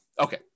Okay